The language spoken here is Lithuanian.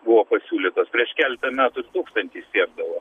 buvo pasiūlytos prieš keletą metų ir tūkstantį siekdavo